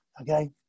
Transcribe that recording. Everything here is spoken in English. okay